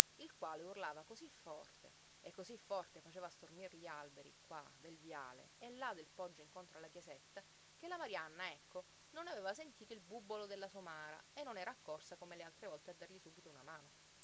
il quale urlava cosí forte e cosí forte faceva stormir gli alberi qua del viale e là del poggio incontro alla chiesetta che la marianna ecco non aveva sentito il bubbolo della somara e non era accorsa come le altre volte a dargli subito una mano